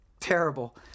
terrible